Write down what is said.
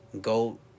go